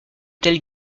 telle